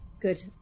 Good